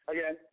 Again